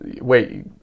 Wait